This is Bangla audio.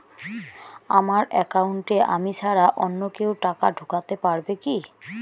আমার একাউন্টে আমি ছাড়া অন্য কেউ টাকা ঢোকাতে পারবে কি?